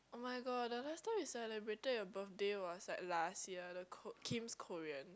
oh my god the last time we celebrated your birthday was like last year the Kim's Korean